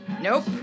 Nope